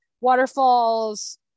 waterfalls